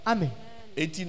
Amen